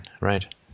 right